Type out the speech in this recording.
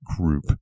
group